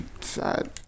sad